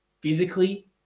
physically